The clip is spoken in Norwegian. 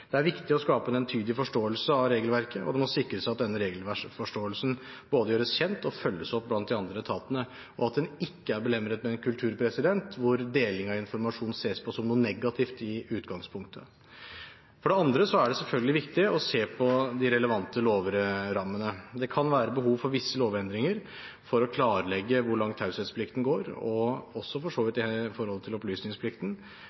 Det er viktig å skape en entydig forståelse av regelverket, og det må sikres at denne regelforståelsen både gjøres kjent og følges opp blant de andre etatene, og at en ikke er belemret med en kultur der deling av informasjon i utgangspunktet ses på som noe negativt. For det andre er det selvfølgelig viktig å se på de relevante lovrammene. Det kan være behov for visse lovendringer for å klarlegge hvor langt taushetsplikten går – og for så vidt